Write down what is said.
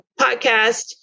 podcast